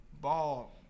ball